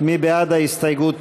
מי בעד ההסתייגות?